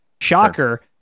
Shocker